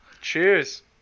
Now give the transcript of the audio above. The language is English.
Cheers